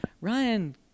Ryan